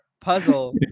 puzzle